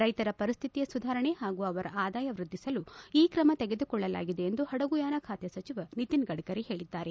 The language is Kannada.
ರೈತರ ಪರಿಸ್ಥಿತಿ ಸುಧಾರಣೆ ಹಾಗೂ ಅವರ ಆದಾಯ ವೃದ್ದಿಸಲು ಈ ಕ್ರಮ ತೆಗೆದುಕೊಳ್ಳಲಾಗಿದೆ ಎಂದು ಹಡಗುಯಾನ ಖಾತೆ ಸಚಿವ ನಿತಿನ್ ಗಡ್ಡರಿ ಹೇಳಿದ್ದಾರೆ